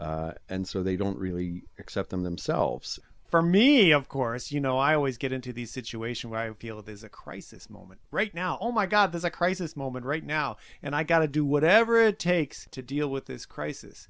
acceptable and so they don't really accept them themselves for me of course you know i always get into the situation where i feel there's a crisis moment right now oh my god there's a crisis moment right now and i got to do whatever it takes to deal with this crisis